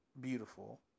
beautiful